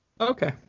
Okay